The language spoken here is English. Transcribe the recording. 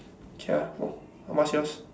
K ah what's yours